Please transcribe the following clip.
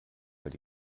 weil